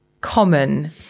common